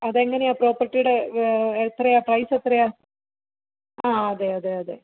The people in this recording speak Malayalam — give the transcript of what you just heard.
അതെങ്ങനെയാണ് പ്രോപ്പർട്ടീടെ എത്രയാണ് പ്രൈസെത്രയാണ് ആ അതെ അതെ അതെ